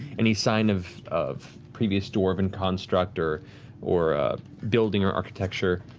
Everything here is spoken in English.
any sign of of previous dwarven construct or or building or architecture.